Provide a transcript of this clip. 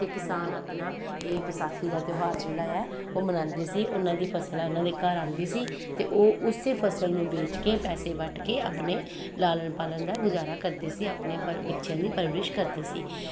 ਅਤੇ ਕਿਸਾਨ ਆਪਣਾ ਇਹ ਵਿਸਾਖੀ ਦਾ ਤਿਉਹਾਰ ਜਿਹੜਾ ਆ ਉਹ ਮਨਾਉਂਦੇ ਸੀ ਉਹਨਾਂ ਦੀ ਫਸਲਾਂ ਉਹਨਾਂ ਦੇ ਘਰ ਆਉਂਦੀ ਸੀ ਅਤੇ ਉਹ ਉਸੇ ਫਸਲ ਨੂੰ ਵੇਚ ਕੇ ਪੈਸੇ ਵੱਟ ਕੇ ਆਪਣੇ ਲਾਲਨ ਪਾਲਣ ਦਾ ਗੁਜ਼ਾਰਾ ਕਰਦੇ ਸੀ ਆਪਣੇ ਪਰ ਬੱਚਿਆਂ ਦੀ ਪਰਵਰਿਸ਼ ਕਰਦੇ ਸੀ